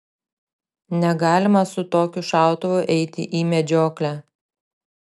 negalima su tokiu šautuvu eiti į medžioklę